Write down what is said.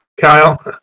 Kyle